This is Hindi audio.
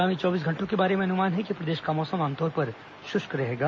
आगामी चौबीस घंटों के बारे में अनुमान है कि प्रदेश का मौसम आमतौर पर शुष्क बना रहेगा